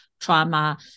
trauma